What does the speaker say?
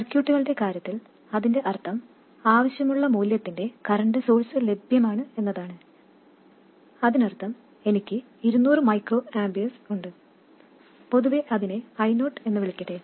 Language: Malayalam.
സർക്യൂട്ടുകളുടെ കാര്യത്തിൽ അതിന്റെ അർത്ഥം ആവശ്യമുള്ള മൂല്യത്തിന്റെ കറൻറ് സോഴ്സ് ലഭ്യമാണ് എന്നതാണ് അതിനർത്ഥം എനിക്ക് 200 μA ഉണ്ട് പൊതുവെ അതിനെ I0 എന്ന് വിളിക്കട്ടെ